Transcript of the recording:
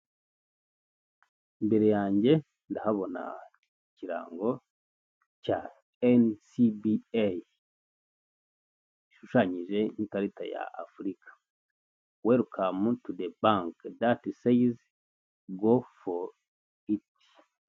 Imbere yanjye ndahabona ikirango cya NCBA gishushanyije nk'ikarita ya Afurika, welcome to the bank that says, Go for it.